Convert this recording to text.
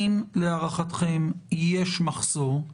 האם, להערכתכם, יש מחסור?